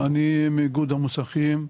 אני מאיגוד המוסכים.